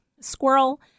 squirrel